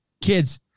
kids